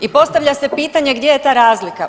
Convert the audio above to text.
I postavlja se pitanje gdje je ta razlika?